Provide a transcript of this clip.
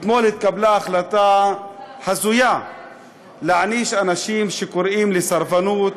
אתמול התקבלה החלטה הזויה להעניש אנשים שקוראים לסרבנות